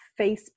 Facebook